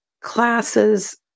classes